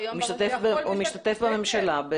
הוא משתתף ב-זום.